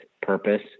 purpose